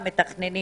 מתכננים